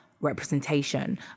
representation